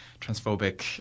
transphobic